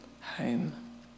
home